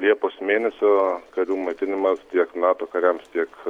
liepos mėnesio karių maitinimas tiek nato kariams tiek